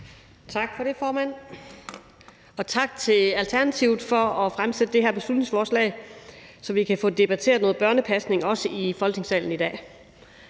Tak for det, formand. Og tak til Alternativet for at fremsætte det her beslutningsforslag, så vi også kan få debatteret noget børnepasning i Folketingssalen i dag.